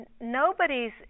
Nobody's